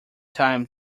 time